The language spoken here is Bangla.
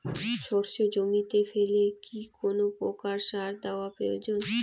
সর্ষে জমিতে ফেলে কি কোন প্রকার সার দেওয়া প্রয়োজন?